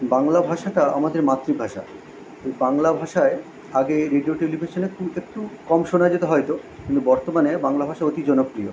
বাংলা ভাষাটা আমাদের মাতৃভাষা এই বাংলা ভাষায় আগে রেডিও টেলিভিশনে খুব একটু কম শোনা যেত হয়তো কিন্তু বর্তমানে বাংলা ভাষা অতি জনপ্রিয়